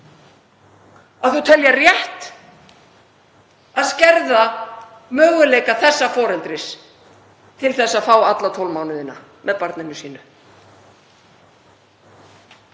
að þau telja rétt að skerða möguleika þess foreldris til að fá alla 12 mánuðina með barninu sínu.